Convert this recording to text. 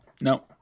No